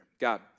God